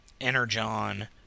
Energon